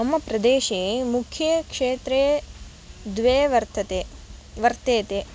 मम प्रदेशे मुख्य क्षेत्रे द्वे वर्तते वर्तेते